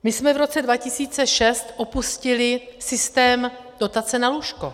My jsme v roce 2006 opustili systém dotace na lůžko.